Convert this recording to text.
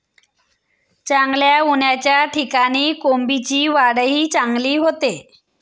चांगल्या उन्हाच्या ठिकाणी कोबीची वाढही चांगली होते